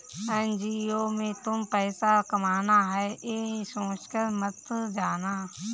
NGO में तुम पैसा कमाना है, ये सोचकर मत जाना